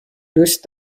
دوست